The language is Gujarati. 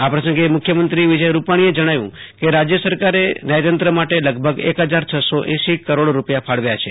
આ પ્રસંગે મુખ્યમંત્રી વિજય રૂપાણીએ જણાવ્યું કે રાજ્ય સરકારે ન્યાયતંત્ર માટે લગભગ એક ફજાર છસો એંસી ક્રરોડ રેપિયા ફાળવ્યાં છે